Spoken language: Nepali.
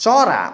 चरा